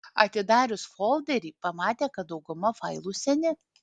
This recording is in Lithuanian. atidarius folderį pamatė kad dauguma failų seni